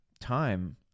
time